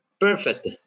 perfect